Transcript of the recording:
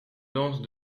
danse